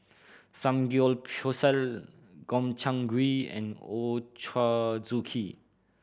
Samgyeopsal Gobchang Gui and Ochazuke